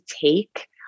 take